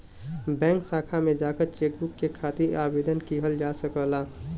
bank शाखा में जाकर चेकबुक के खातिर आवेदन किहल जा सकला